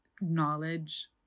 knowledge